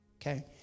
okay